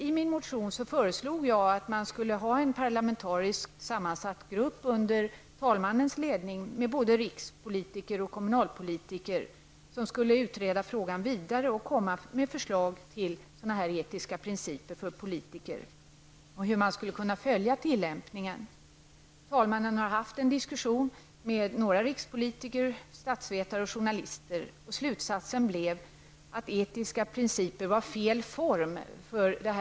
I min motion föreslog jag att man skulle ha en parlamentariskt sammansatt grupp, under talmannens ledning, med både rikspolitiker och kommunalpolitiker. Gruppen skulle utreda frågan vidare och komma med förslag till etiska principer och förslag till hur tillämpningen skulle kunna följas. Talmannen har haft en diskussion med några rikspolitiker, statsvetare och journalister. Slutsatsen blev att det här med etiska principer var fel form för arbetet.